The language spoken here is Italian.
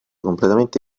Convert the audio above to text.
completamente